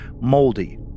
moldy